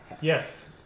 Yes